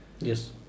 yes